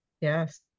Yes